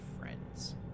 friends